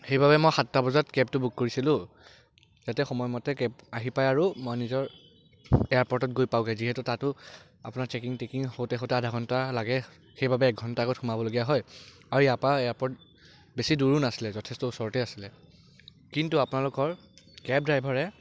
সেইবাবে মই সাতটা বজাত কেবটো বুক কৰিছিলোঁ যাতে সময়মতে কেব আহি পায় আৰু মই নিজৰ এয়াৰপ'ৰ্টত গৈ পাওঁগৈ যিহেতু তাতো আপোনাৰ চেকিং তেকিং হওঁতে হওঁতে আধা ঘণ্টা লাগে সেইবাবে এক ঘণ্টা আগত সোমাবলগীয়া হয় আৰু ইয়াৰ পৰা এয়াৰপ'ৰ্ট বেছি দূৰো নাছিলে যথেষ্ট ওচৰতেই আছিলে কিন্তু আপোনালোকৰ কেব ড্ৰাইভাৰে